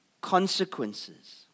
consequences